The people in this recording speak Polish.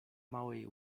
małej